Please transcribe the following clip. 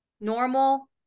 normal